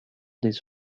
des